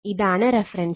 ഇതാണ് റഫറൻസ്